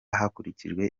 hakurikijwe